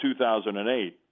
2008